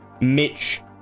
Mitch